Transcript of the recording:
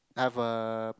have a